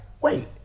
wait